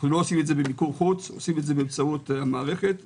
לא עושים את זה במיקור חוץ אלא באמצעות מערכת החינוך.